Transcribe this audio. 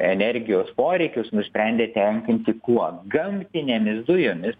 energijos poreikius nusprendė tenkinti kuo gamtinėmis dujomis